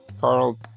Carl